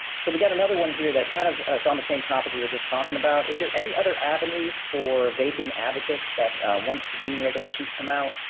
so we got another one here that kind of it's on the same topic we were just talking about. is there any other avenues for vaping advocates that once the deeming regulations come out,